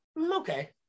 Okay